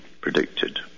predicted